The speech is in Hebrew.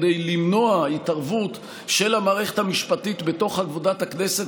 כדי למנוע התערבות של המערכת המשפטית בתוך עבודת הכנסת